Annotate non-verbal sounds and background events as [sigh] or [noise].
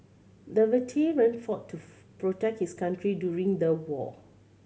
the veteran fought to [unintelligible] protect his country during the war